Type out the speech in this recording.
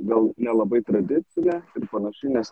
gal nelabai tradicinė ir panašiai nes